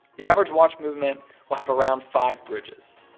the average watch movement will have around five bridges.